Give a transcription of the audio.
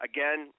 Again